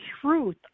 truth